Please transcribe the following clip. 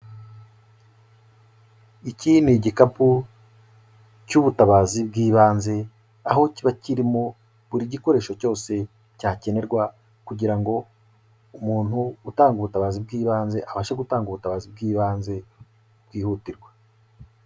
Iki ni igikapu cy'ubutabazi bw'ibanze aho kiba kirimo buri gikoresho cyose cyakenerwa kugira ngo umuntu utanga ubutabazi bw'ibanze, abashe gutanga ubutabazi bw'ibanze bwihutirwa.